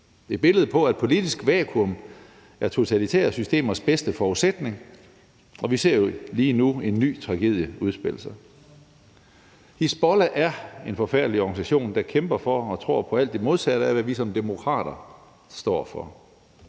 Det er et billede på, at et politisk vakuum er totalitære systemers bedste forudsætning, og vi ser jo lige nu en ny tragedie udspille sig. Hizbollah er en forfærdelig organisation, der kæmper for og tror på alt det modsatte af, hvad vi som demokrater står for.